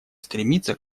стремиться